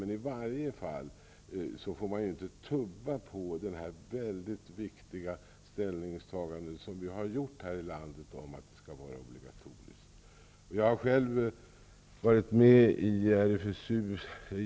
I varje fall får man inte tubba på det väldigt viktiga ställningstagande som vi tidigare har gjort här i landet att det skall vara obligatoriskt. Jag har själv varit med i RFSU.